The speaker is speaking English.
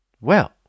Well